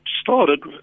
started